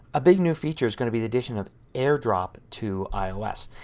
a big new feature is going to be the addition of airdrop to ios.